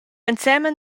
ensemen